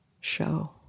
show